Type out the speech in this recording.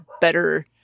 better